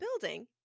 building